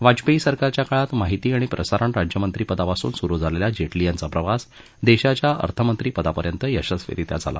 वाजपेयी सरकारच्या काळात माहिती आणि प्रसारण राज्यमंत्रीपदापासून सुरु झालेला जेटली यांचा प्रवास देशाच्या अर्थमंत्रीपदापर्यंत यशस्वीरीत्या झाला